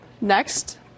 Next